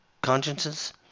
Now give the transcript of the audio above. consciences